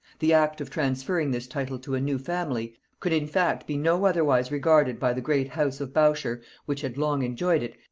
the act of transferring this title to a new family, could in fact be no otherwise regarded by the great house of bourchier, which had long enjoyed it,